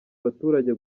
abaturage